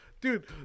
Dude